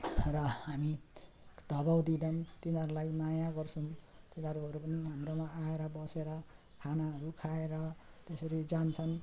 र हामी धपाउँदैनौँ तिनीहरूलाई माया गर्छौँ तिनीहरू पनि हाम्रोमा आएर बसेर खानाहरू खाएर त्यसरी जान्छन्